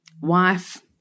wife